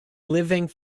living